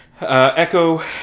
Echo